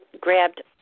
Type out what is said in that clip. grabbed